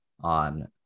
on